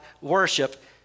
worship